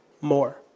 more